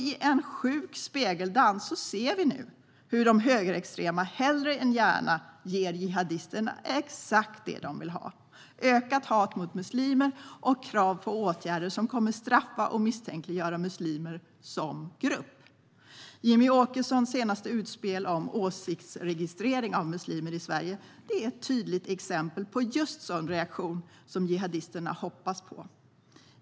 I en sjuk spegeldans ser vi nu hur de högerextrema mer än gärna ger jihadisterna exakt vad de vill ha, det vill säga ökat hat mot muslimer och krav på åtgärder som kommer att straffa och misstänkliggöra muslimer som grupp. Jimmie Åkessons senaste utspel om åsiktsregistrering av muslimer i Sverige är ett tydligt exempel på just en sådan reaktion som jihadisterna hoppas på.